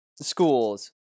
schools